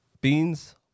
Beans